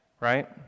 right